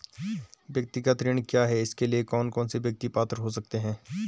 व्यक्तिगत ऋण क्या है इसके लिए कौन कौन व्यक्ति पात्र हो सकते हैं?